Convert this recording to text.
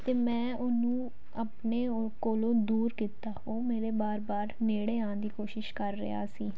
ਅਤੇ ਮੈਂ ਉਹਨੂੰ ਆਪਣੇ ਓ ਕੋਲੋਂ ਦੂਰ ਕੀਤਾ ਉਹ ਮੇਰੇ ਵਾਰ ਵਾਰ ਨੇੜੇ ਆਉਣ ਦੀ ਕੋਸ਼ਿਸ਼ ਕਰ ਰਿਹਾ ਸੀ